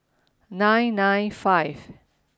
nine nine five